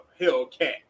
Hellcat